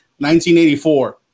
1984